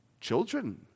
children